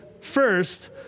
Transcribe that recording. first